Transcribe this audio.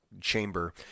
chamber